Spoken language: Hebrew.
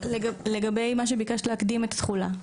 לגבי מה שביקשת להקדים את התחולה.